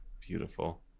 Beautiful